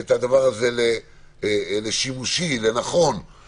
את הדבר הזה לשימושי, נכון,